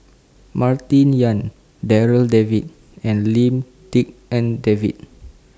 Martin Yan Darryl David and Lim Tik En David